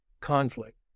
conflict